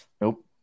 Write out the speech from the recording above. Nope